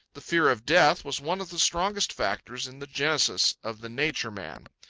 the fear of death was one of the strongest factors in the genesis of the nature man.